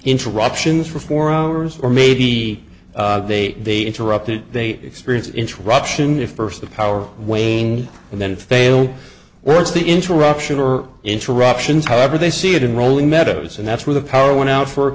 interruptions for four hours or maybe they interrupted they experience interruption if first the power wane and then fail well it's the interruption or interruptions however they see it in rolling meadows and that's where the power went out for